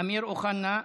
אמיר אוחנה,